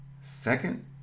Second